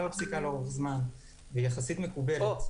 בפסיקה לאורך זמן והיא יחסית מקובלת.